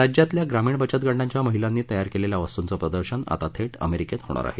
राज्यातल्या ग्रामीण बचतगटांच्या महिलांनी तयार केलेल्या वस्तुंचं प्रदर्शन आता थेट अमेरीकेत होणार आहे